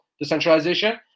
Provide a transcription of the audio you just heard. decentralization